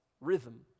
Rhythm